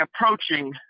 approaching